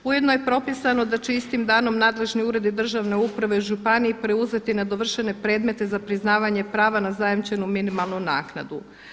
Ujedno je propisano da će istim danom nadležni uredi državne uprave u županiji preuzeti nedovršene predmete za priznavanje prava na zajamčenu minimalnu naknadu.